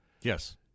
Yes